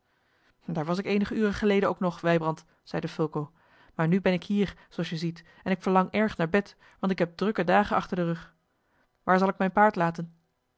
daar was ik eenige uren geleden ook nog wijbrand zeide fulco maar nu ben ik hier zooals je ziet en ik verlang erg naar bed want ik heb drukke dagen achter den rug waar zal ik mijn paard laten